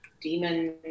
demon